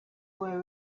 were